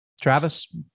Travis